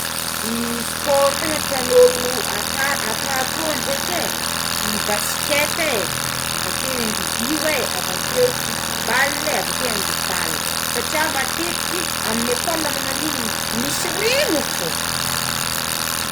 Ny sport tegna tiagn'ologno ata atao tô draiky é baskety é avakeo rugby oé avakeo fotibale avakeo handibale satria matetika amin' ny ekôle magnao igny misy regny fogne.